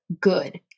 good